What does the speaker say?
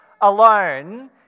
alone